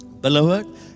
Beloved